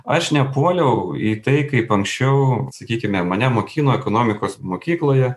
aš nepuoliau į tai kaip anksčiau sakykime mane mokino ekonomikos mokykloje